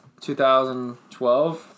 2012